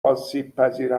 آسیبپذیر